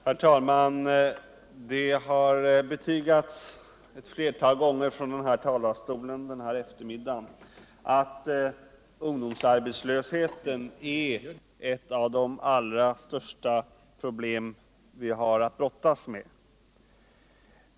Herr talman! Det har under eftermiddagen eu flertal gånger från denna talarstol betygats att ungdomsarbetslösheten är ett av de allra största problem vi har att brottas med.